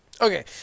okay